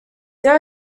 there